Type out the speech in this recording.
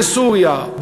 בסוריה,